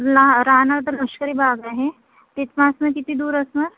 ल राहणार तर लष्करी बाग आहे तिथपासनं किती दूर असणार